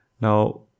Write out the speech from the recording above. now